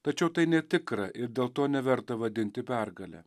tačiau tai netikra ir dėl to neverta vadinti pergale